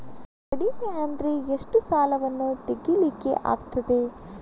ಕಡಿಮೆ ಅಂದರೆ ಎಷ್ಟು ಸಾಲವನ್ನು ತೆಗಿಲಿಕ್ಕೆ ಆಗ್ತದೆ?